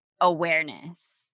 awareness